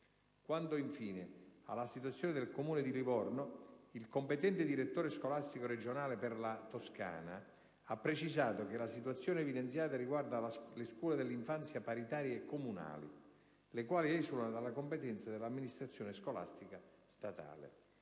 Quanto, infine, alla situazione del Comune di Livorno, il competente direttore scolastico regionale per la Toscana ha precisato che la situazione evidenziata riguarda le scuole dell'infanzia paritarie comunali, le quali esulano dalla competenza dell'amministrazione scolastica statale.